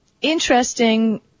Interesting